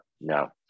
No